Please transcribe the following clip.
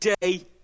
day